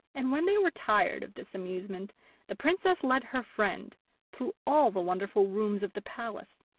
and when they were tired of this amusement the princess led her friend through all the wonderful rooms of the palace,